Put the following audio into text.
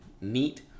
neat